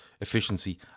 efficiency